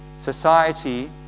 society